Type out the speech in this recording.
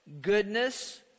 goodness